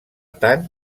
tant